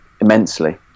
immensely